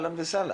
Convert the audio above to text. בסדר.